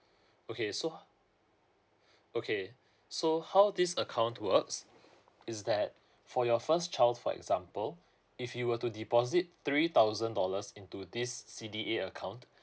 okay so okay so how this account works is that for your first child for example if you were to deposit three thousand dollars into this C_D_A account